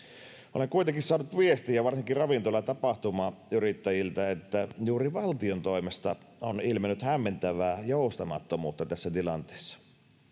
olen kuitenkin saanut viestiä varsinkin ravintola ja tapahtumayrittäjiltä että juuri valtion toimesta on ilmennyt hämmentävää joustamattomuutta tässä tilanteessa